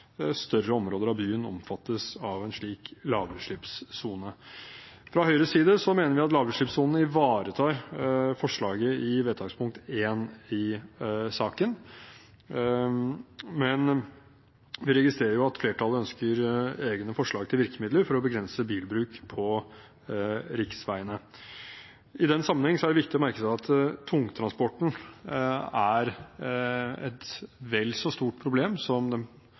i vedtakspunkt II i saken, men vi registrerer at flertallet ønsker egne forslag til virkemidler for å begrense bilbruk på riksveiene. I den sammenheng er det viktig å merke seg at tungtransporten er et vel så stort problem som